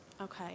Okay